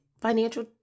financial